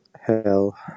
Hell